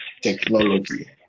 technology